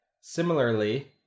similarly